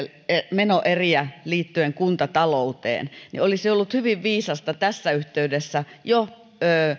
menoeriä liittyen kuntatalouteen niin olisi ollut hyvin viisasta tässä yhteydessä jo